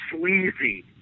sleazy